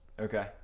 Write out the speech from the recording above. Okay